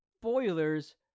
spoilers